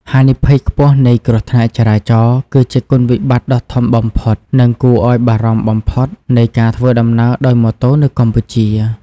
ហានិភ័យខ្ពស់នៃគ្រោះថ្នាក់ចរាចរណ៍ គឺជាគុណវិបត្តិដ៏ធំបំផុត និងគួរឱ្យបារម្ភបំផុតនៃការធ្វើដំណើរដោយម៉ូតូនៅកម្ពុជា។